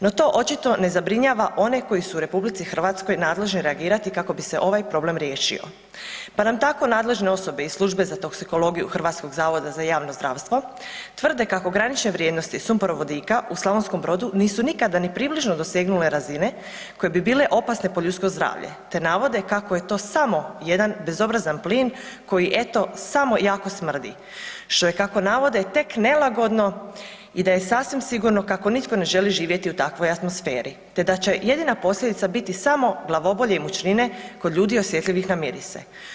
No to očito ne zabrinjava one koji su u RH nadležni reagirati kako bi se ovaj problem riješio, pa nam tako nadležne osobe i Službe za toksikologiju HZJZ tvrde kako granične vrijednosti sumporovodika u Slavonskom Brodu nisu nikada ni približno dosegnule razine koje bi bile opasne po ljudsko zdravlje, te navode kako je to samo jedan bezobrazan plin koji eto samo jako smrdi, što je kako navode tek nelagodno i da je sasvim sigurno kako nitko ne želi živjeti u takvoj atmosferi te da će jedina posljedica biti samo glavobolje i mučnine kod ljudi osjetljivih na mirise.